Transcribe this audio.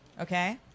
Okay